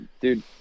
dude